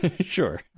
Sure